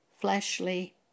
fleshly